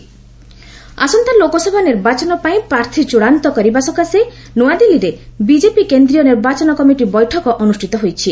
BJP meeting ଆସନ୍ତା ଲୋକସଭା ନିର୍ବାଚନ ପାଇଁ ପ୍ରାର୍ଥୀ ଚୂଡ଼ାନ୍ତ କରିବା ସକାଶେ ନ୍ନଆଦିଲ୍ଲୀରେ ବିକେପି କେନ୍ଦ୍ରୀୟ ନିର୍ବାଚନ କମିଟି ବୈଠକ ଅନୁଷ୍ଠିତ ହୋଇଛି